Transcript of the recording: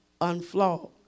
Unflawed